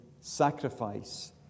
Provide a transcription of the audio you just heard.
sacrifice